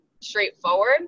straightforward